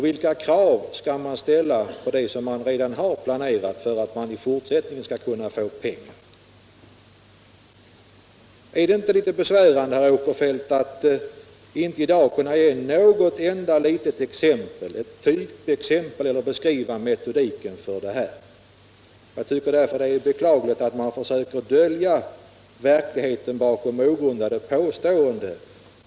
Vilka krav skall ställas på det som redan är planerat för att man i fortsättningen skall kunna få pengar? Är det inte litet besvärande, herr Åkerfeldt, att i dag inte kunna ge något enda litet typexempel som beskriver metodiken för detta? Det är beklagligt att man försöker dölja verkligheten bakom ogrundade påståenden.